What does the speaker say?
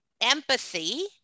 empathy